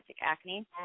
acne